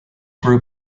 group